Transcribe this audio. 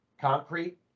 concrete